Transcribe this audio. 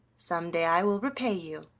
some day i will repay you.